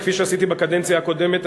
וכפי שעשיתי בקדנציה הקודמת,